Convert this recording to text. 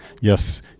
Yes